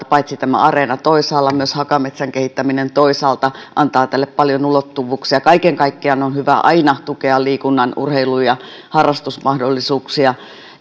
paitsi tämä areena toisaalta myös hakametsän kehittäminen toisaalta antavat tälle paljon ulottuvuuksia kaiken kaikkiaan on hyvä aina tukea liikunta urheilu ja harrastusmahdollisuuksia